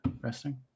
resting